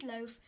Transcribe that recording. loaf